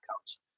comes